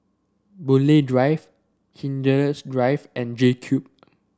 Boon Lay Drive Drive and JCube